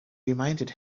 reminded